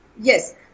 Yes